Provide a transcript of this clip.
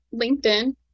LinkedIn